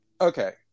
Okay